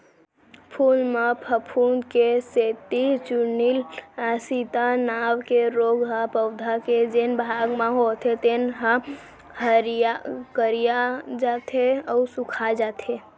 फूल म फफूंद के सेती चूर्निल आसिता नांव के रोग ह पउधा के जेन भाग म होथे तेन ह करिया जाथे अउ सूखाजाथे